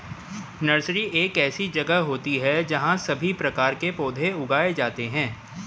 nursery एक ऐसी जगह होती है जहां सभी प्रकार के पौधे उगाए जाते हैं